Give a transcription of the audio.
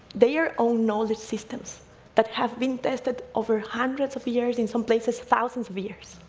their own knowledge systems that have been tested over hundreds of years, in some places, thousands of years.